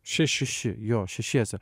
še šeši jo šešiese